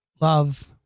love